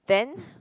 then